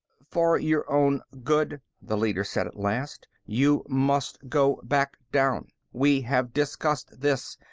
for your own good, the leader said at last, you must go back down. we have discussed this,